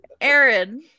Aaron